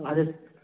అదే